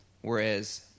whereas